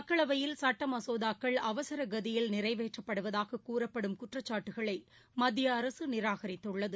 மக்களவையில் சுட்டமசோதாக்கள் கதியில் நிறைவேற்றப்படுவதாககூறப்படும் அவசரக் குற்றச்சாட்டுக்களைமத்திய அரசுநிராகரித்துள்ளது